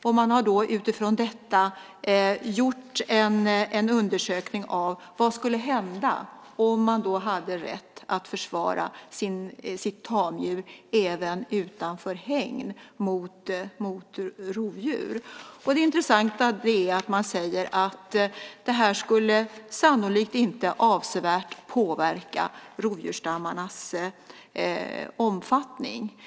Utifrån detta har man gjort en undersökning av vad som skulle hända om man hade rätt att även utanför hägn försvara sitt tamdjur mot rovdjur. Det intressanta är att man kommer fram till att det sannolikt inte skulle påverka rovdjursstammarnas omfattning avsevärt.